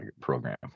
program